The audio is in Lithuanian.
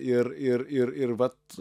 ir ir ir ir vat